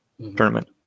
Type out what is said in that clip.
tournament